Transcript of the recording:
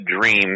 dream